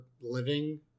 living